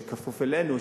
שכפוף אלינו,